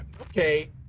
Okay